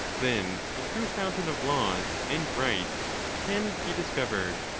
then the true fountain of laws and rights can be discovered.